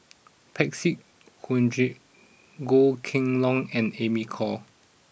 Parsick Joaquim Goh Kheng Long and Amy Khor